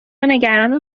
نگران